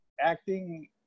acting